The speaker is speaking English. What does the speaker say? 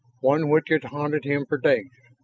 one which had haunted him for days.